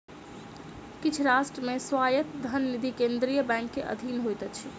किछ राष्ट्र मे स्वायत्त धन निधि केंद्रीय बैंक के अधीन होइत अछि